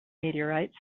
meteorites